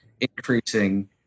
increasing